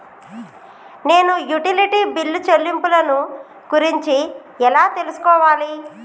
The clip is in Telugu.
నేను యుటిలిటీ బిల్లు చెల్లింపులను గురించి ఎలా తెలుసుకోవాలి?